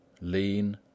lean